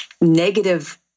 negative